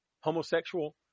homosexual